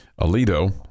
Alito